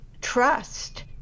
trust